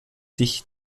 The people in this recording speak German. dich